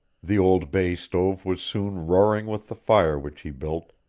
the old bay stove was soon roaring with the fire which he built,